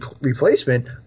replacement